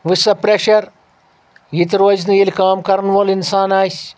وٕچھ سہَ پرٛؠشَر یِتہِ روزِ نہٕ ییٚلہِ کٲم کَرَن وول اِنسان آسہِ